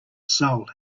soul